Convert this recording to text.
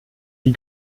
die